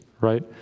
right